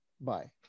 bye